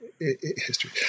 history